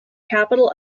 capital